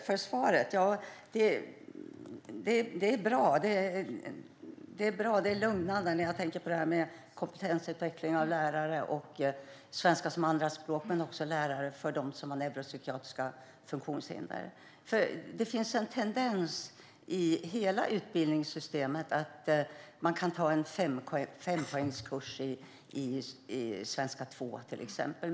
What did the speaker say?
Fru talman! Tack så mycket för svaret! Det är bra, och det är lugnande när jag tänker på kompetensutveckling av lärare och svenska som andraspråk men också på lärare för dem som har neuropsykiatriska funktionshinder. Det finns en tendens i hela utbildningssystemet som gör att man kan ta en fempoängskurs i svenska 2, till exempel.